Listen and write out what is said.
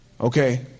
Okay